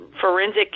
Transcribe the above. forensic